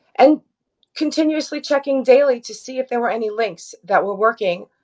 and continuously checking daily to see if there were any links that were working.